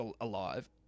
alive